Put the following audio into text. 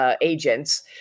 Agents